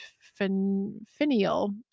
finial